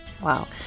Wow